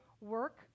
work